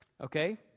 Okay